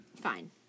Fine